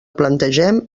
plantegem